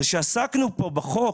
אבל כשעסקנו פה בחוק